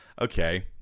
okay